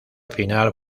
final